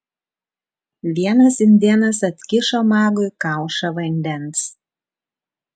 vienas indėnas atkišo magui kaušą vandens